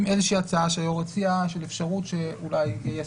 עם הצעה שהיושב ראש הציע של אפשרות שאולי יהיה